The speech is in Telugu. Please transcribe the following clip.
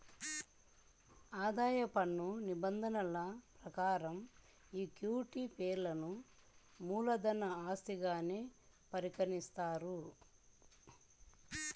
ఆదాయ పన్ను నిబంధనల ప్రకారం ఈక్విటీ షేర్లను మూలధన ఆస్తిగానే పరిగణిస్తారు